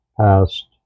past